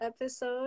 episode